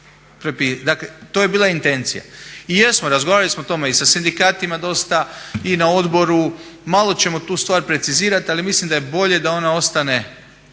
dakle to je bila intencija. I jesmo, razgovarali smo o tome i sa sindikatima dosta i na odboru, malo ćemo tu stvar precizirati ali mislim da je bolje da ona ostane